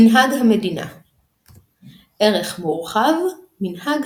על מנהג כזה נאמר המשפט "מנהג עוקר תורה",